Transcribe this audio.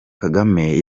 kagame